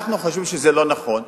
אנחנו חושבים שזה לא נכון,